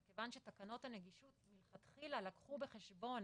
כיוון שתקנות הנגישות, מלכתחילה, לקחו בחשבון